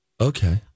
Okay